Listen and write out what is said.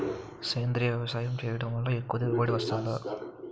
సేంద్రీయ వ్యవసాయం చేయడం వల్ల ఎక్కువ దిగుబడి వస్తుందా?